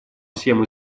всем